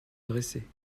dressés